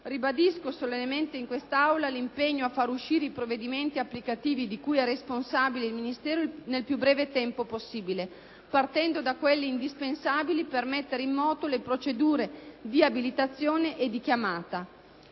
Ribadisco solennemente in questa Aula l'impegno a far uscire i provvedimenti applicativi di cui è responsabile il Ministero nel più breve tempo possibile, partendo da quelli indispensabili per mettere in moto le procedure di abilitazione e di chiamata.